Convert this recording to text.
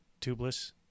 tubeless